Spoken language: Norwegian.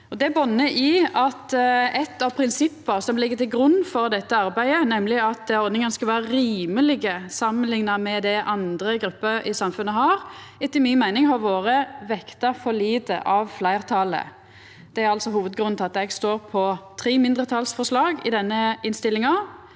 Det botnar i at eit av prinsippa som ligg til grunn for dette arbeidet, nemleg at ordningane skal vera rimelege samanlikna med det andre grupper i samfunnet har, etter mi meining har vore vekta for lite av fleirtalet. Det er hovudgrunnen til at eg står på tre mindretalsforslag i denne innstillinga,